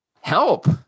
Help